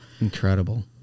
Incredible